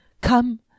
Come